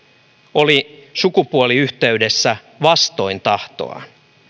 oli sukupuoliyhteydessä vastoin tahtoaan